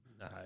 No